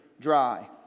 dry